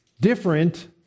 Different